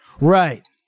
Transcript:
Right